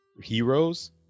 heroes